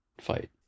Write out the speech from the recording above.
fight